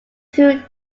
through